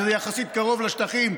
שזה יחסית קרוב לשטחים.